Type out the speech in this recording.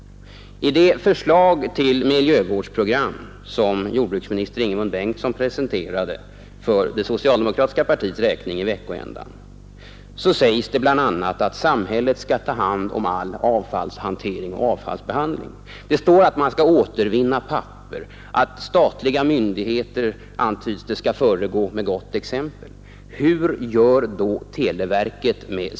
I det förslag till miljövårdsprogram som jordbruksminister Ingemund Bengtsson presenterade för det socialdemokratiska partiets räkning vid den senaste veckoändan säges det bl.a. att samhället skall ta hand om all avfallshantering och avfallsbehandling. Det står att man skall återvinna papper, och statliga myndigheter, antydes det, skall föregå med gott exempel. Ett litet exempel ur högen!